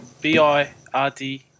B-I-R-D